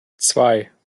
zwei